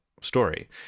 story